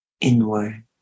inward